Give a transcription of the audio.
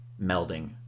melding